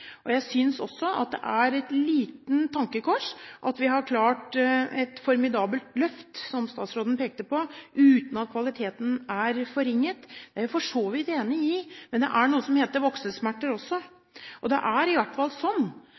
og jeg synes også at det er et lite tankekors at vi har klart et formidabelt løft, som statsråden pekte på, uten at kvaliteten er forringet. Det er jeg for så vidt enig i, men det er noe som heter voksesmerter også. Det er i hvert fall sånn